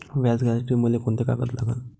व्याज घ्यासाठी मले कोंते कागद लागन?